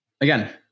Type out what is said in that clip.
again